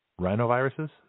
Rhinoviruses